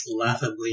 laughably